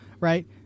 Right